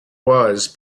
was